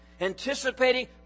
anticipating